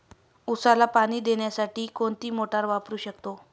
उसाला पाणी देण्यासाठी कोणती मोटार वापरू शकतो?